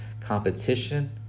competition